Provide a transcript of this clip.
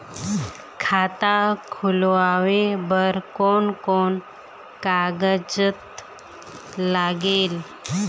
खाता खुलवाय बर कोन कोन कागजात लागेल?